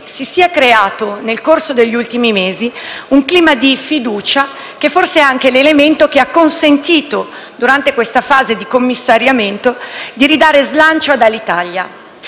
si sia creato un clima di fiducia, che forse è anche l'elemento che ha consentito, durante questa fase di commissariamento, di ridare slancio ad Alitalia.